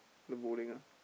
learn bowling ah